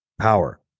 Power